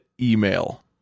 email